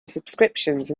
subscriptions